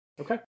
Okay